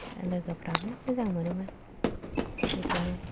लोगोफ्राबो मोजां मोनोमोन बिदिनो